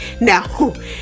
Now